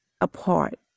apart